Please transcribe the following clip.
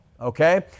Okay